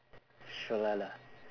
sholala